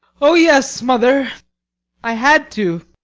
oh, yes, mother i had to.